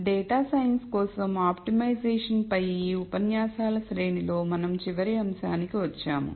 data science కోసం optimisation పై ఈ ఉపన్యాసాల శ్రేణిలో మనం చివరి అంశానికి వచ్చాము